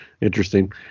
interesting